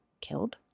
killed